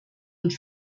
und